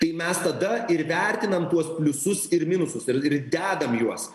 tai mes tada ir vertinam tuos pliusus ir minusus ir ir dedam juos